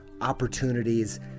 opportunities